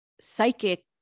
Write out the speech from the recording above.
psychic